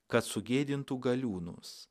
kad sugėdintų galiūnus